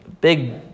big